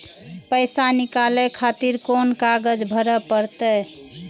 पैसा नीकाले खातिर कोन कागज भरे परतें?